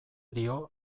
dio